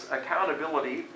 accountability